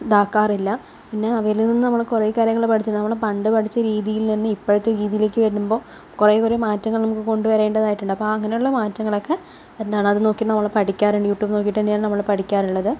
ഇതാക്കാറില്ല പിന്നെ അതില് നിന്ന് നമ്മള് കുറേ കാര്യങ്ങൾ പഠിച്ച് നമ്മൾ പണ്ട് പഠിച്ച രീതിയിൽ നിന്ന് ഇപ്പോഴത്തെ രീതിയിലേക്ക് വരുമ്പോൾ കുറേ കുറേ മാറ്റങ്ങൾ നമുക്ക് കൊണ്ടു വരേണ്ടതായിട്ടുണ്ട് അപ്പോൾ അങ്ങനെയുള്ള മാറ്റങ്ങളൊക്കെ എന്താണ് അത് നോക്കി നമ്മൾ പഠിക്കാറുണ്ട് യൂട്യൂബ് നോക്കി തന്നെയാണ് നമ്മള് പഠിക്കാറുള്ളത്